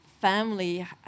family